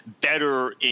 better